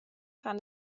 kann